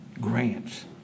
grants